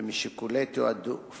ומשיקולי תעדוף